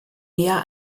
näher